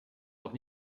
doch